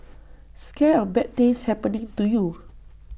scared of bad things happening to you